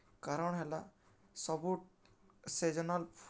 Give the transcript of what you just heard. କାରଣ୍ ହେଲା ସବୁ ସିଜନାଲ୍